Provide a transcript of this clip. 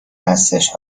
هستش